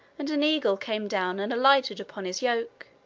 and an eagle came down and alighted upon his yoke,